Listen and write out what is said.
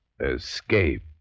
escape